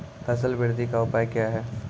फसल बृद्धि का उपाय क्या हैं?